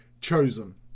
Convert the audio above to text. chosen